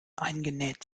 eingenäht